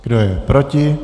Kdo je proti?